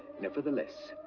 nevertheless,